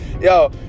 Yo